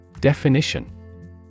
Definition